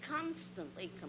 constantly